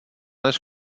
než